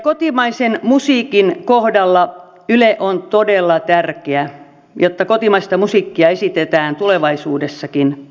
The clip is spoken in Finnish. kotimaisen musiikin kohdalla yle on todella tärkeä jotta kotimaista musiikkia esitetään tulevaisuudessakin